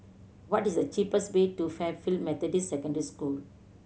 what is the cheapest way to Fairfield Methodist Secondary School